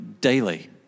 Daily